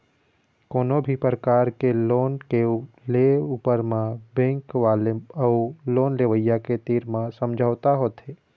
कोनो भी परकार के लोन के ले ऊपर म बेंक वाले अउ लोन लेवइया के तीर म समझौता होथे